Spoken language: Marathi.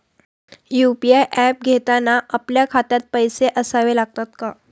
यु.पी.आय ऍप घेताना आपल्या खात्यात पैसे असावे लागतात का?